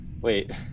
Wait